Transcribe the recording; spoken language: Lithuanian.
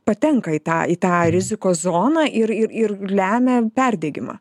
patenka į tą į tą rizikos zoną ir ir ir lemia perdegimą